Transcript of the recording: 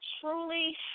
truly